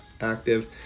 active